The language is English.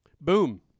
Boom